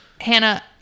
Hannah